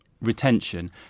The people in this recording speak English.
Retention